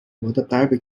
آبادغرب